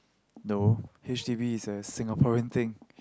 no H_D_B is a Singaporean thing